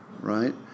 right